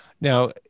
Now